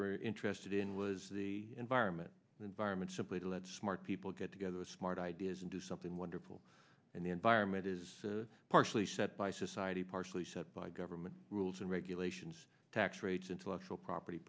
were interested in was the environment the environment simply led smart people get together with smart ideas and do something wonderful and the environment is partially set by society partially set by government rules and regulations tax rates intellectual property